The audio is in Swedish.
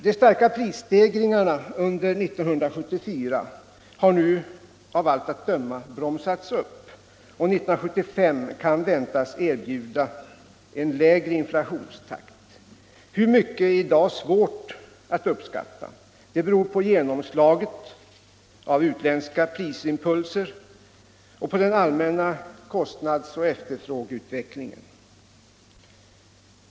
De starka prisstegringarna under 1974 har nu av allt att döma bromsats upp, och 1975 kan väntas erbjuda en lägre inflationstakt. Hur mycket lägre är i dag svårt att uppskatta. Det beror på genomslaget av utländska prisimpulser och på den allmänna kostnadsoch efterfrågeutvecklingen.